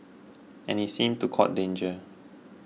and he seemed to court danger